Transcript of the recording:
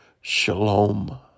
Shalom